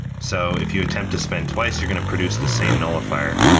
so if you attempt to spend twice, you're going to produce the same nullifier.